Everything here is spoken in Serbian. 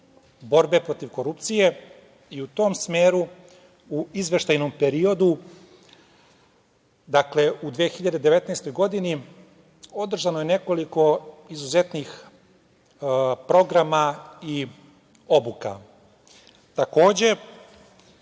i u tom smeru u izveštajnom periodu u 2019. godini održano je nekoliko izuzetnih programa i